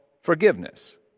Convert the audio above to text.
forgiveness